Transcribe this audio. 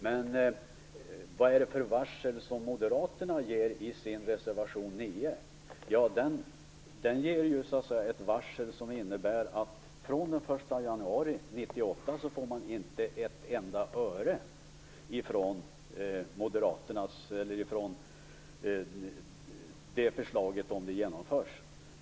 Men vad är det för varsel som moderaterna ger i reservation 9? Det är ju ett varsel som innebär att man inte får ett enda öre fr.o.m. den 1 januari 1998 om förslaget genomförs.